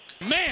Man